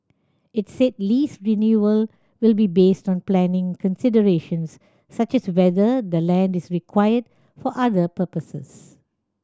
it said lease renewal will be based on planning considerations such as whether the land is required for other purposes